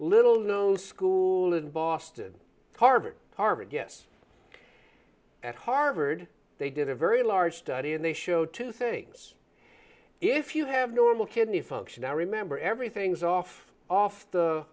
little known school in boston harvard harvard yes at harvard they did a very large study and they showed two things if you have normal kidney function now remember everything's off off the